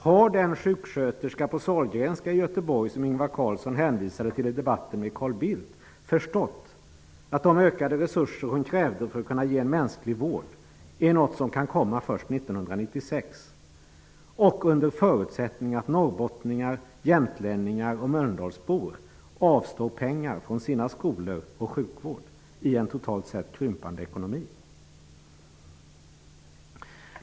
Har den sjuksköterska på Sahlgrenska i Göteborg som Ingvar Carlsson hänvisade till i debatten med Carl Bildt förstått att de ökade resurser hon krävde för att kunna ge en mänsklig vård är något som kan komma först 1996 och under förutsättning att norrbottningar, jämtlänningar och mölndalsbor avstår pengar från sina skolor och sin sjukvård i en totalt sett krympande ekonomi?